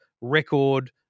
record